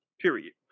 period